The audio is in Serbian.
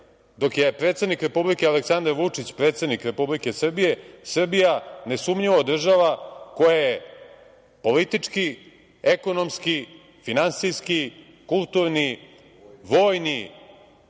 dok je predsednik Republike Aleksandar Vučić, predsednik Republike Srbije, Srbija nesumnjivo održava koje politički, ekonomski, finansijski, kulturni, vojni